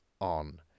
on